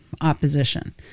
opposition